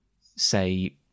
say